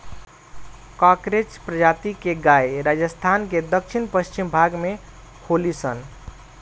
कांकरेज प्रजाति के गाय राजस्थान के दक्षिण पश्चिम भाग में होली सन